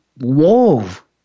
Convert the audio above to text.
wove